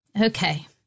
Okay